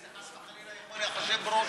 כי זה חס וחלילה יכול להיחשב "איתן ברושי".